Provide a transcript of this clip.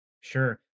Sure